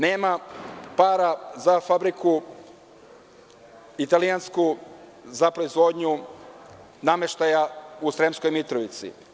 Nema para za italijansku fabriku za proizvodnju nameštaja u Sremskoj Mitrovici.